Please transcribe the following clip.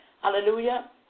hallelujah